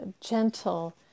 gentle